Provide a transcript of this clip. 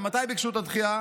למתי ביקשו את הדחייה?